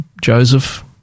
Joseph